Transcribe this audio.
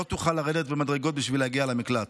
לא תוכל לרדת במדרגות בשביל להגיע למקלט.